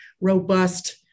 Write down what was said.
robust